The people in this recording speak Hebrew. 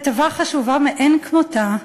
כתבה חשובה מאין כמותה.